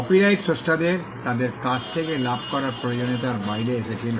copyright স্রষ্টাদের তাদের কাজ থেকে লাভ করার প্রয়োজনীয়তার বাইরে এসেছিল